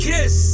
Kiss